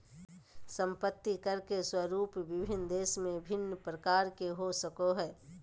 संपत्ति कर के स्वरूप विभिन्न देश में भिन्न प्रकार के हो सको हइ